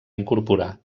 incorporar